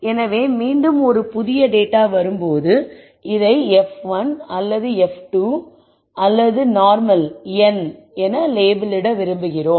எனவே மீண்டும் ஒரு புதிய டேட்டா வரும்போது இதை f1 அல்லது f2 என நார்மலாக லேபிளிட விரும்புகிறோம்